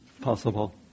possible